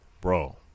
Bro